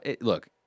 look